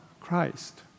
Christ